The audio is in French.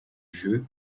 jeu